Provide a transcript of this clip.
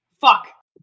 Fuck